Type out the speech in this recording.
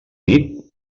nits